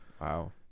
Wow